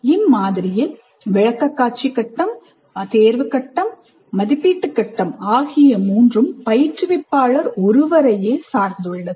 இம் மாதிரியில் விளக்கக்காட்சி தேர்வு கட்டம் மதிப்பீட்டுக் கட்டம் ஆகிய மூன்றும் பயிற்றுவிப்பாளர் ஒருவரையே சார்ந்துள்ளது